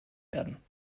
werden